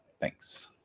Thanks